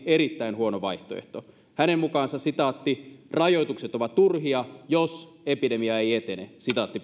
erittäin huono vaihtoehto hänen mukaansa rajoitukset ovat turhia jos epidemia ei etene